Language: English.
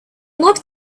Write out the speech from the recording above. locked